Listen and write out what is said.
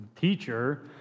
teacher